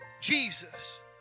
Jesus